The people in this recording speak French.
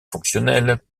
fonctionnelle